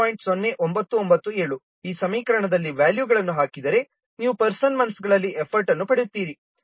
0997 ಈ ಸಮೀಕರಣದಲ್ಲಿ ವ್ಯಾಲ್ಯೂಗಳನ್ನು ಹಾಕಿದರೆ ನೀವು ಪರ್ಸನ್ ಮಂತ್ಸ್ಗಳಲ್ಲಿ ಎಫರ್ಟ್ ಅನ್ನು ಪಡೆಯುತ್ತೀರಿ